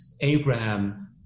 Abraham